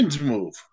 move